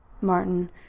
Martin